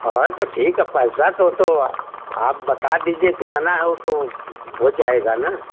हाँ तो ठीक है पैसा तो तो आप बता दीजिए कितना है वो तो हो जाएगा ना